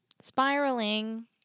Spiraling